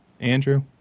Andrew